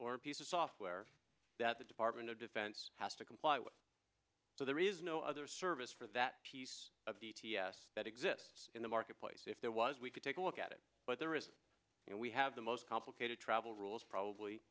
or a piece of software that the department of defense has to comply with so there is no other service for that piece of the ts that exists in the marketplace if there was we could take a look at it but there is you know we have the most complicated travel rules probably